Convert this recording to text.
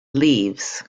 leaves